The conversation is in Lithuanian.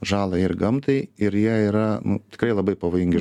žalą ir gamtai ir jie yra tikrai labai pavojingi